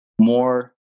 more